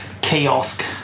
kiosk